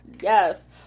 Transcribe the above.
Yes